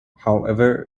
however